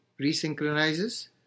resynchronizes